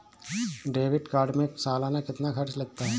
Debit card में सालाना कितना खर्च लगता है?